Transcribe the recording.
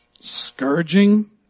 scourging